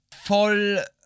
voll